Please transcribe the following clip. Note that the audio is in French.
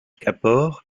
kapoor